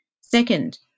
Second